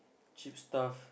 cheap stuff